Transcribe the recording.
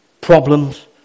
problems